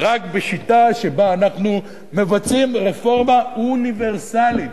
רק בשיטה שבה אנחנו מבצעים רפורמה אוניברסלית,